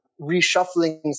reshuffling